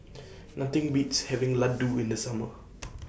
Nothing Beats having Laddu in The Summer